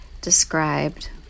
described